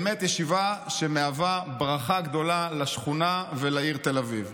באמת ישיבה שמהווה ברכה גדולה לשכונה ולעיר תל אביב.